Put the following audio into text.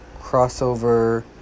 crossover